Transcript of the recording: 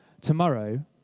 tomorrow